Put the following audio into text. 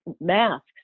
masks